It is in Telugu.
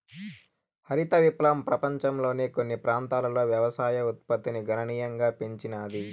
హరిత విప్లవం పపంచంలోని కొన్ని ప్రాంతాలలో వ్యవసాయ ఉత్పత్తిని గణనీయంగా పెంచినాది